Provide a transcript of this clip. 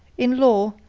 in law,